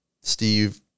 Steve